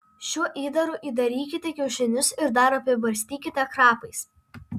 šiuo įdaru įdarykite kiaušinius ir dar apibarstykite krapais